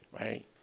Right